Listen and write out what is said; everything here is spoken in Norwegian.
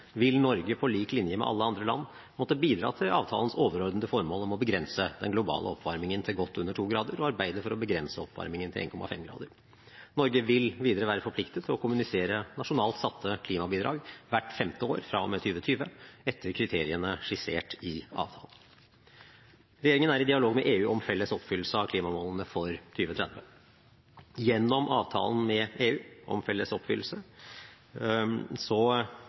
vil Norge, på lik linje med alle andre land, måtte bidra til avtalens overordnede formål om å begrense den globale oppvarmingen til godt under 2 grader, og arbeide for å begrense oppvarmingen til 1,5 grader. Norge vil videre være forpliktet til å kommunisere nasjonalt satte klimabidrag hvert femte år fra og med 2020, etter kriteriene skissert i avtalen. Regjeringen er i dialog med EU om felles oppfyllelse av klimamålene for 2030. Gjennom avtalen med EU om felles oppfyllelse